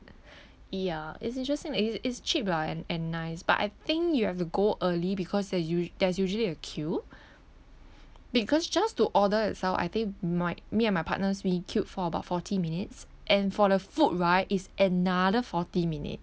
ya it's interesting and it it's cheap lah and and nice but I think you have to go early because there's usu~ there's usually a queue because just to order itself I think my me and my partners we queued for about forty minutes and for the food right is another forty minutes